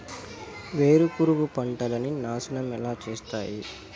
వేరుపురుగు పంటలని నాశనం ఎలా చేస్తాయి?